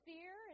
Fear